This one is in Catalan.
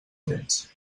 tens